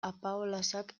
apaolazak